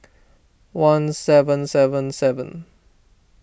one seven seven seven